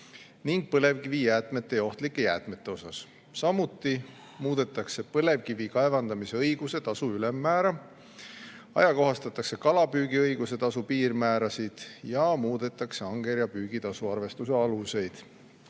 ning põlevkivijäätmete ja ohtlike jäätmete puhul. Samuti muudetakse põlevkivi kaevandamise õiguse tasu ülemmäära, ajakohastatakse kalapüügiõiguse tasu piirmäärasid ja muudetakse angerjapüügitasu arvestuse aluseid.